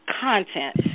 content